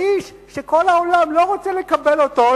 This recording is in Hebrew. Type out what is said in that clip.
האיש שכל העולם לא רוצה לקבל אותו,